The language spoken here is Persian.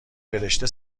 برشته